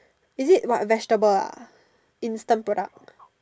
is it what vegetable ah instant product